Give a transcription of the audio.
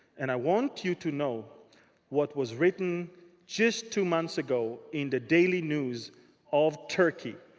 and i want you to know what was written just two months ago in the daily news of turkey.